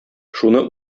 шуны